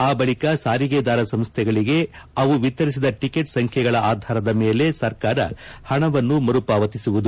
ಆ ಬಳಿಕ ಸಾರಿಗೆದಾರ ಸಂಸ್ಥೆಗಳಿಗೆ ಅವು ವಿತರಿಸಿದ ಟಿಕೆಟ್ ಸಂಖ್ಯೆಗಳ ಆಧಾರದ ಮೇಲೆ ಸರ್ಕಾರ ಪಣವನ್ನು ಮರು ಪಾವತಿಸುವುದು